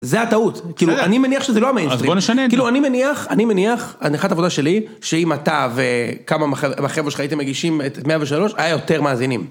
זה הטעות, כאילו אני מניח שזה לא המיינסטרים. אז בוא נשנה את זה. כאילו אני מניח, אני מניח, ההנחת עבודה שלי, שאם אתה וכמה מהחבר'ה שלך הייתם מגישים את 103, היה יותר מאזינים.